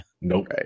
Nope